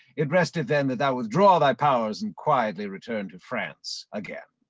it resteth then that thou withdraw thy powers and quietly return to france again.